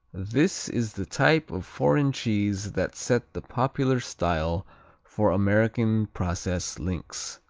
this is the type of foreign cheese that set the popular style for american processed links,